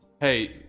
hey